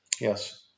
yes